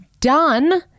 done